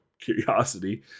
curiosity